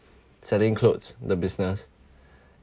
selling clothes the business